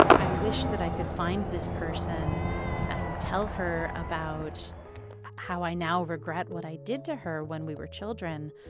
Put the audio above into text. i wish that i could find this person and tell her about how i now regret what i did to her when we were children.